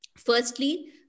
Firstly